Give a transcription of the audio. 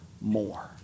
more